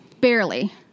Barely